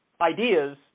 ideas